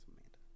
Amanda